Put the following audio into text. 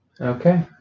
Okay